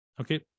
okay